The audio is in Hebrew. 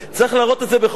צריך להראות את זה בכל העולם.